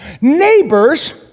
Neighbors